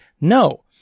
no